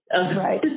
Right